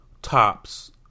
Top's